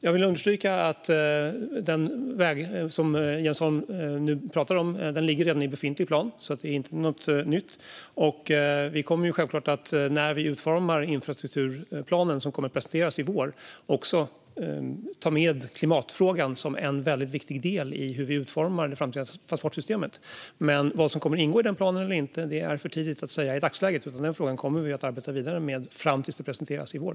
Jag vill understryka att den väg som Jens Holm nu pratar om redan ligger med i befintlig plan, så det är inte fråga om något nytt. Vi kommer självklart när vi utformar infrastrukturplanen, som ska presenteras i vår, att också ta med klimatfrågan som en viktig del i hur vi utformar det framtida transportsystemet. Men vad som kommer att ingå i den planen eller inte är för tidigt att säga i dagsläget, utan den frågan kommer vi att arbeta vidare med fram till dess den presenteras i vår.